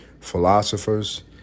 philosophers